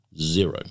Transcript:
Zero